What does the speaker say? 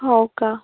हो का